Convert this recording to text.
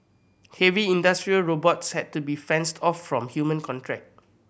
heavy industrial robots had to be fenced off from human contract